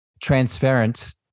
transparent